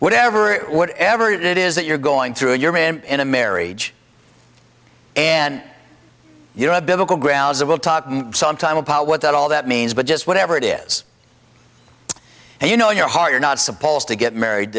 whatever whatever it is that you're going through your man in a marriage and you know a biblical grounds that we'll talk some time apart what all that means but just whatever it is and you know in your heart you're not supposed to get married